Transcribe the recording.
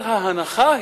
ההנחה היא,